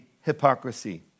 hypocrisy